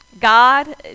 God